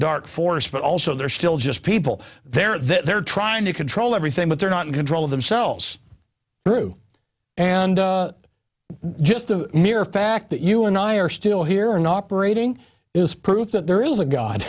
dark forest but also they're still just people they're they're trying to control everything but they're not in control of themselves through and just the mere fact that you and i are still here and operating is proof that there is a god